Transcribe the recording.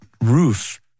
roof